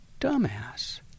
dumbass